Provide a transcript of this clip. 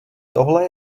tohle